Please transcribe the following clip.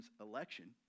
election